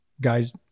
guys